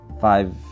five